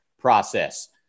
process